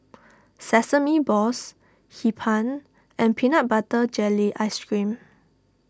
Sesame Balls Hee Pan and Peanut Butter Jelly Ice Cream